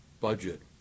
budget